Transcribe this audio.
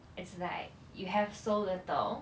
it's like you have so little